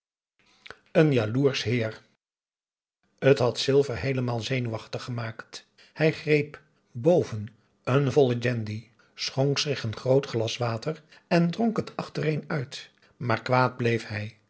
een jaloersch heer t had silver heelemaal zenuwachtig gemaakt hij greep boven n volle gendie schonk zich n groot glas water en dronk het achtereen uit maar kwaad bleef hij